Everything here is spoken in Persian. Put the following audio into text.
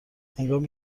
هنگامی